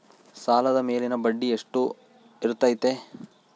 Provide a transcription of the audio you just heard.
ಸಾಲದ ಮೇಲಿನ ಬಡ್ಡಿ ಎಷ್ಟು ಇರ್ತೈತೆ?